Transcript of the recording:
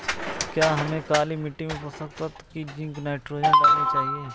क्या हमें काली मिट्टी में पोषक तत्व की जिंक नाइट्रोजन डालनी चाहिए?